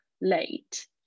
late